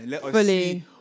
Fully